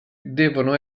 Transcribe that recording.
devono